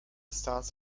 stars